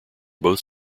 both